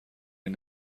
این